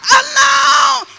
alone